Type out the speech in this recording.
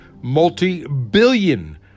multi-billion